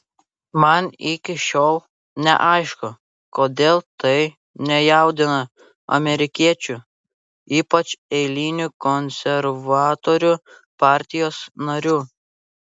man iki šiol neaišku kodėl tai nejaudina amerikiečių ypač eilinių konservatorių partijos narių